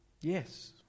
Yes